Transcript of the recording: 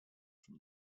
from